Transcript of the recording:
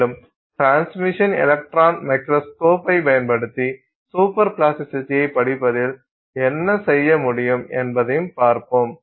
மேலும் transmission electron microscope TEM ஐப் பயன்படுத்தி சூப்பர் பிளாஸ்டிசிட்டியைப் படிப்பதில் என்ன செய்ய முடியும் என்பதையும் பார்ப்போம்